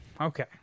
Okay